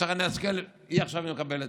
שרן השכל היא עכשיו מקבלת.